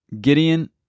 Gideon